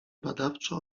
badawczo